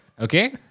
Okay